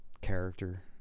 character